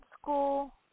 school